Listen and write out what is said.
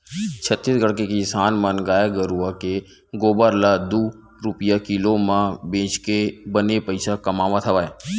छत्तीसगढ़ के किसान मन गाय गरूवय के गोबर ल दू रूपिया किलो म बेचके बने पइसा कमावत हवय